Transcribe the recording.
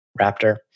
raptor